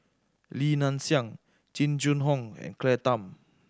Li Nanxing Jing Jun Hong and Claire Tham